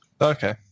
Okay